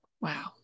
Wow